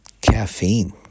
caffeine